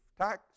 tax